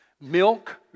milk